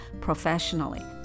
professionally